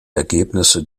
ergebnisse